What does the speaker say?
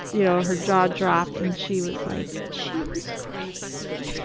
you know, her jaw dropped and she was like, she was crazy!